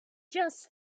just